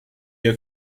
you